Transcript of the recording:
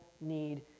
need